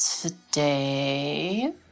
today